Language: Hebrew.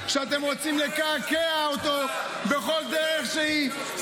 שאתם רוצים לקעקע אותו בכל דרך שהיא.